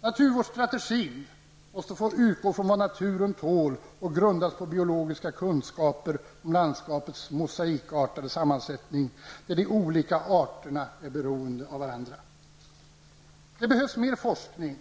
Naturvårdsstrategin måste få utgå från vad naturen tål och grundas på biologiska kunskaper om landskapets mosaikartade sammansättning, där de olika arterna är beroende av varandra. Det behövs mer forskning,